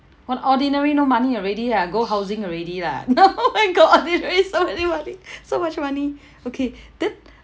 on ordinary no money already ah go housing already lah oh my god there's already so many money so much money okay then